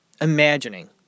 imagining